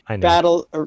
battle